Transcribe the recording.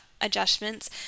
adjustments